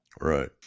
Right